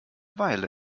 weile